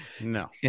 no